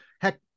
Heck